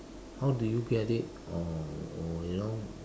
how do you get it or or you know